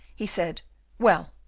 he said well,